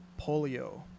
polio